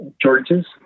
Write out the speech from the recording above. churches